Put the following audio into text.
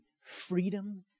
freedom